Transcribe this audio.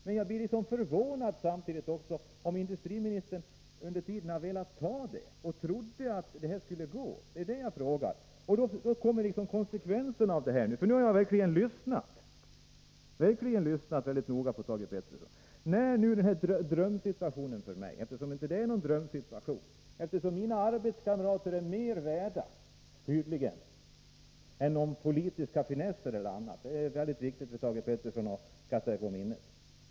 Samtidigt blir jag förvånad om industriministern under tiden har velat godta detta förslag och om han har trott att detta skulle fungera. Sedan kommer konsekvenserna av detta, och nu har jag verkligen lyssnat noga på vad Thage Peterson har sagt. Den s.k. drömsituationen är inte någon drömsituation för mig, eftersom mina arbetskamrater är mer värda än några politiska finesser. Det är mycket viktigt för Thage Peterson att lägga det på minnet.